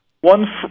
one